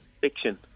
Fiction